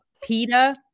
PETA